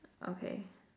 okay